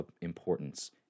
importance